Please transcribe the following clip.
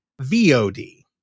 VOD